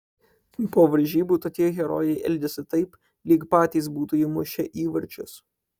po varžybų tokie herojai elgiasi taip lyg patys būtų įmušę įvarčius